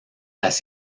las